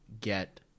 get